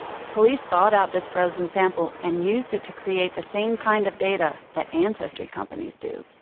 police thawed out this frozen sample and used it to create the same kind of data that ancestry companies do.